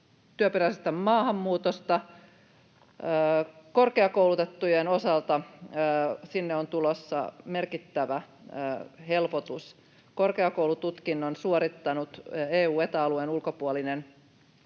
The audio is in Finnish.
työperäisestä maahanmuutosta korkeakoulutettujen osalta, sinne on tulossa merkittävä helpotus. Korkeakoulututkinnon suorittanut EU- ja Eta-alueen ulkopuolinen